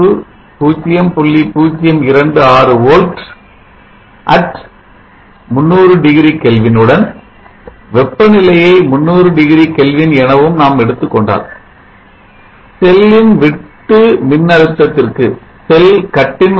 026 V 3000 Kelvin உடன் வெப்ப நிலையை 300 டிகிரி Kelvin எனவும் நாம் எடுத்துக்கொண்டால் செல்லின் வெட்டு மின்னழுத்தத்திற்கு Voc 0